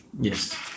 Yes